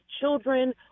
children